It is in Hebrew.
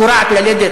הכורעת ללדת,